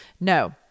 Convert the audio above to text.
No